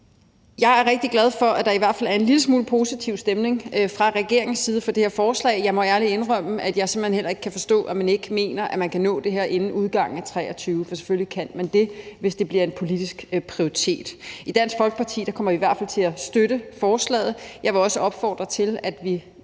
Jeg er rigtig glad for, at der i hvert fald er en lille smule positiv stemning fra regeringens side for det her forslag. Jeg må ærligt indrømme, at jeg simpelt hen heller ikke kan forstå, at man ikke mener, at man kan nå det her inden udgangen af 2023, for selvfølgelig kan man det, hvis det bliver en politisk prioritet. I Dansk Folkeparti kommer vi i hvert fald til at støtte forslaget. Jeg vil også opfordre til, at det